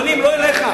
אדוני, הן לא אליך.